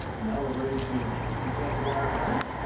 now we're ready to reconnect the wire harness.